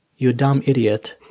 you dumb idiot,